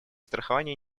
страхование